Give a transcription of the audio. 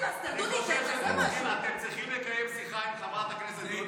קטונתי מלהפריע לחברת הכנסת גוטליב.